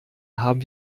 haben